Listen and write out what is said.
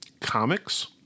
Comics